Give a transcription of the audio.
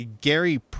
Gary